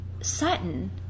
Sutton